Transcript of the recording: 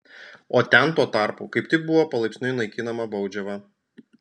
o ten tuo tarpu kaip tik buvo palaipsniui naikinama baudžiava